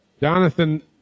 Jonathan